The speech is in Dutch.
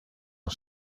een